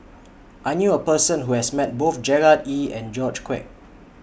I knew A Person Who has Met Both Gerard Ee and George Quek